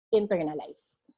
internalized